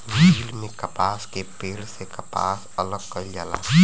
मिल में कपास के पेड़ से कपास अलग कईल जाला